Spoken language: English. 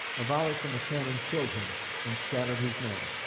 a volley from a cannon killed him and scattered his men.